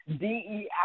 DEI